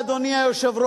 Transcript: תודה, אדוני היושב-ראש,